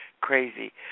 crazy